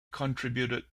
contributed